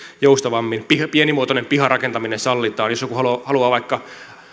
joustavammin pienimuotoinen piharakentaminen sallitaan jos joku haluaa vaikka